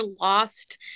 lost